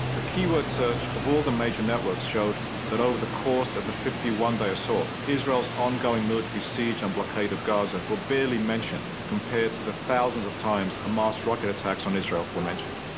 a keyword search of all the major networks showed that over the course of the fifty one day assault, israelis ongoing military siege and blockade of gaza were barely mentioned compared to the thousands of times hamas rocket attacks on israel were mentioned.